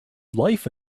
life